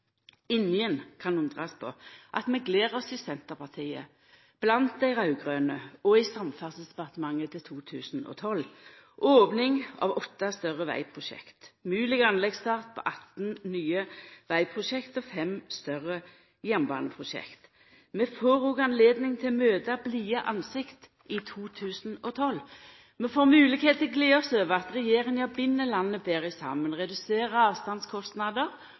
Ingen kan undrast på at vi gler oss i Senterpartiet, blant dei raud-grøne og i Samferdselsdepartementet til 2012, med opning av åtte større vegprosjekt, mogleg anleggsstart på 18 nye vegprosjekt og fem større jernbaneprosjekt. Vi får òg høve til å møta blide andlet i 2012. Vi får moglegheit til å gleda oss over at regjeringa bind landet betre saman,